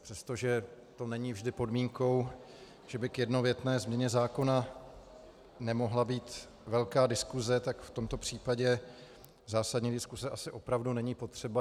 Přestože to není vždy podmínkou, že by k jednovětné změně zákona nemohla být velká diskuse, tak v tomto případě zásadní diskuse asi opravdu není potřeba.